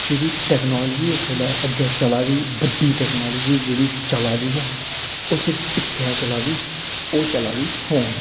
जेह्ड़ी टेक्नोलॉजी इस बेल्लै अग्गें चला दी बड्डी टेक्नोलॉजी जेह्ड़ी चला दी ऐ ओह् सिर्फ इक्कै चला दी ओह् चला दी फोन